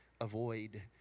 avoid